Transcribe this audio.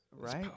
right